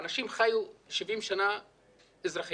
האנשים חיו 70 שנה אזרחים.